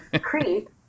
creep